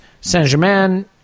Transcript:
Saint-Germain